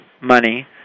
money